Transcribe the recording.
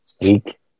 week